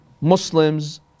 Muslims